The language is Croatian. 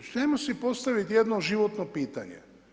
Ajmo si postaviti jedno životno pitanje.